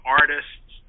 artists